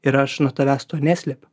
ir aš nuo tavęs to neslepiu